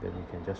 that we can just